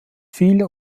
viele